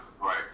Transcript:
Right